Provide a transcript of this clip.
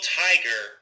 tiger